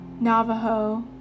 Navajo